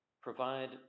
provide